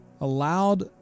allowed